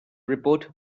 report